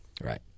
Right